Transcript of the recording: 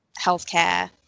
healthcare